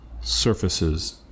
surfaces